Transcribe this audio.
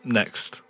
next